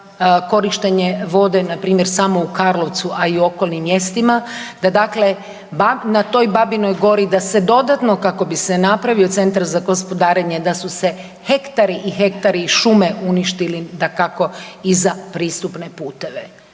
korištenje vode npr. samo u Karlovcu, a i okolnim mjestima, da dakle na toj Babinoj Gori da se dodatno kako bi se napravio centar za gospodarenje da su se hektari i hektari šume uništili dakako i za pristupne puteve.